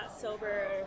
sober